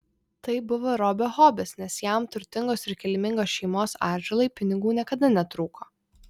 tai buvo robio hobis nes jam turtingos ir kilmingos šeimos atžalai pinigų niekada netrūko